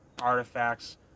artifacts